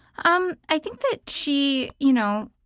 um i think that she you know,